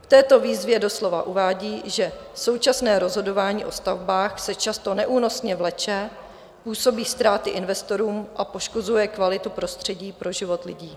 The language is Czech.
V této výzvě doslova uvádí, že současné rozhodování o stavbách se často neúnosně vleče, působí ztráty investorům a poškozuje kvalitu prostředí pro život lidí.